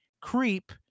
Creep